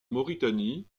mauritanie